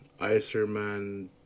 Iserman